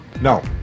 No